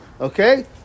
Okay